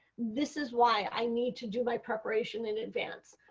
this is why i needed to do my preparation in advance.